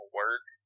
work